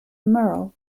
merle